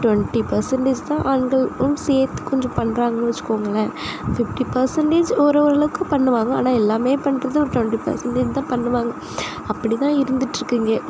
twenty percentage தான் ஆண்களுக்கும் சேர்த்து கொஞ்சம் பண்ணுறாங்கன்னு வச்சுக்கோங்களேன் ஃபிஃப்டி பர்சன்டேஜ் ஒரு ஓரளவுக்கு பண்ணுவாங்க ஆனால் எல்லாமே பண்ணுறது ஒரு டுவெண்டி பர்சன்டேஜ் தான் பண்ணுவாங்க அப்படி தான் இருந்துட்டிருக்கு இங்கே